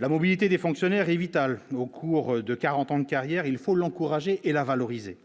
la mobilité des fonctionnaires est vital au cours de 40 ans de carrière, il faut l'encourager et la valoriser